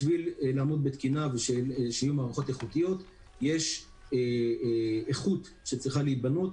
בשביל לעמוד בתקינה ושיהיו מערכות איכותית יש איכות שצריכה להיבנות,